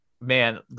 man